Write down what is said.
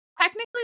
Technically